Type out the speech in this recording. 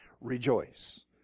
rejoice